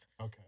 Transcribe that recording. Okay